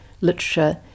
literature